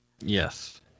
Yes